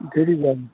ढेरी लए लै छै